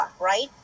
right